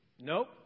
Nope